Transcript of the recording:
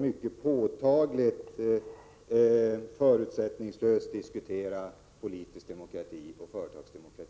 mycket påtagligt och förutsättningslöst skulle ta upp och diskutera politisk demokrati och företagsdemokrati.